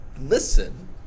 listen